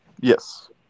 Yes